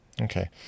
Okay